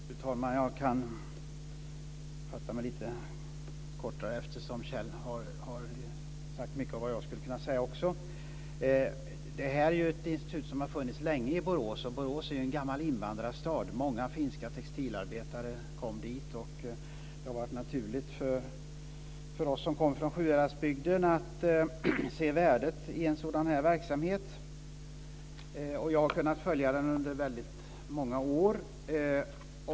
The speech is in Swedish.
Fru talman! Jag kan fatta mig lite kortare eftersom Kjell Eldensjö har sagt mycket som även jag hade kunnat säga. Det här är ett institut som har funnits länge i Borås. Borås är en gammal invandrarstad. Många finska textilarbetare kom till Borås, och det har varit naturligt för oss från Sjuhäradsbygden att se värdet i en sådan verksamhet. Jag har kunnat följa den under många år.